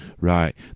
right